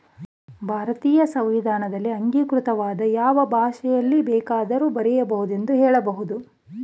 ಭಾರತೀಯ ಸಂವಿಧಾನದಲ್ಲಿ ಅಂಗೀಕೃತವಾದ ಯಾವ ಭಾಷೆಯಲ್ಲಿ ಬೇಕಾದ್ರೂ ಬರೆಯ ಬಹುದು ಎಂದು ಹೇಳಬಹುದು